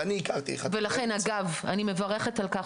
ואני הכרתי אחד כזה אני מברכת על כך